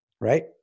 right